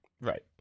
Right